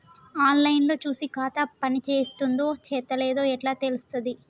On line లో చూసి ఖాతా పనిచేత్తందో చేత్తలేదో ఎట్లా తెలుత్తది?